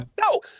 no